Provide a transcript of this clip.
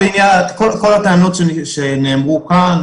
כל הטענות שנאמרו כאן,